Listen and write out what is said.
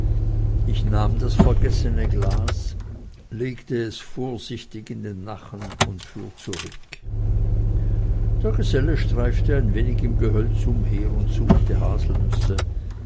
ich nahm das vergessene glas legte es vorsichtig in den nachen und fuhr zurück der geselle streifte ein wenig im gehölze umher und suchte haselnüsse